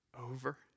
over